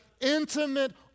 intimate